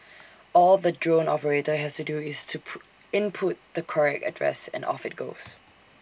all the drone operator has to do is to input the correct address and off IT goes